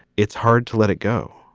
it's hard to let it go,